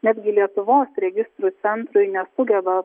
netgi lietuvos registrų centrui nesugeba